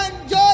enjoy